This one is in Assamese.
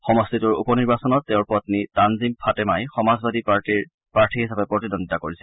সমষ্টিটোৰ উপনিৰ্বাচনত তেওঁৰ পপ্নী তানজিম ফাতেমাই সমাজবাদী পাৰ্টিৰ প্ৰাৰ্থী হিচাপে প্ৰতিদ্বন্দ্বিতা কৰিছে